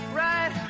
right